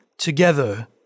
Together